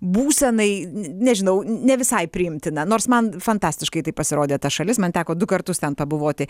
būsenai nežinau ne visai priimtina nors man fantastiškai tai pasirodė ta šalis man teko du kartus ten pabuvoti